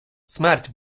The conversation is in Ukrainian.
смерть